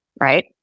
right